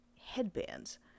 headbands